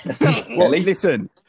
listen